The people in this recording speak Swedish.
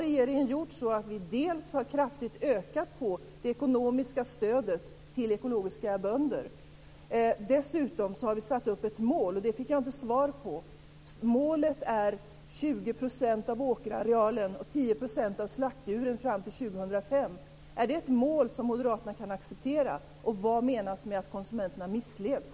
Regeringen har då dels kraftigt ökat det ekonomiska stödet till bönder som odlar ekologiskt, dels satt upp ett mål. Jag fick inte svar på min fråga. Målet är 20 % av åkerarealen och 10 % av slaktdjuren till år 2005. Är det ett mål som moderaterna kan acceptera? Vad menas med att konsumenterna missleds?